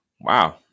Wow